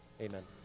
amen